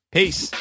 Peace